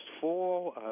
fall